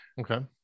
Okay